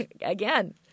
again